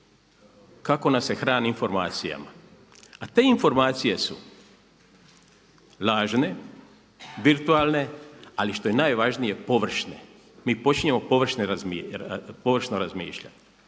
kako nas se hrani informacijama. A te informacije su lažne, virtualne ali što je najvažnije površne. Mi počinjemo površno razmišljati.